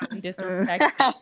disrespect